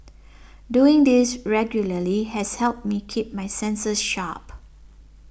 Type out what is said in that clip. doing this regularly has helped me keep my senses sharp